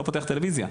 לא פותח טלוויזיה.